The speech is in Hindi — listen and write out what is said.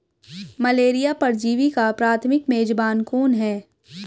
मलेरिया परजीवी का प्राथमिक मेजबान कौन है?